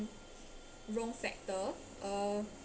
wrong factor uh